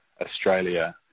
Australia